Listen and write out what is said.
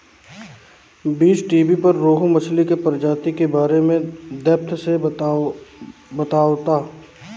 बीज़टीवी पर रोहु मछली के प्रजाति के बारे में डेप्थ से बतावता